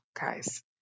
guys